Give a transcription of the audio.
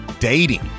Dating